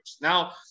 Now